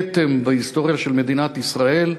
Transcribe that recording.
כתם בהיסטוריה של מדינת ישראל.